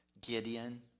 Gideon